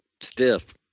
stiff